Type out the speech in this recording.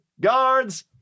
guards